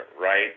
right